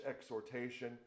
exhortation